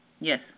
Yes